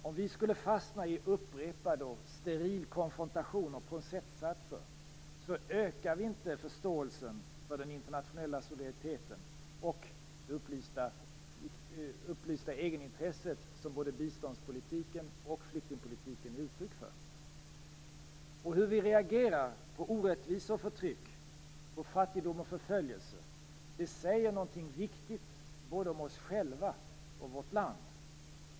Om vi skulle fastna i upprepad och steril konfrontation om procentsatser, ökar vi inte förståelsen för den internationella solidariteten och för det upplysta egenintresse som både biståndspolitiken och flyktingpolitiken är uttryck för. Hur vi reagerar på orättvisor och förtryck, på fattigdom och förföljelse, säger något viktigt både om oss själva och om vårt land.